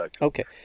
okay